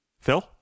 Phil